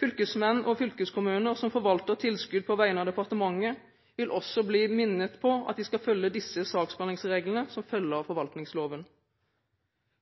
Fylkesmenn og fylkeskommuner som forvalter tilskudd på vegne av departementet, vil også bli minnet på at de skal følge disse saksbehandlingsreglene, som følger av forvaltningsloven.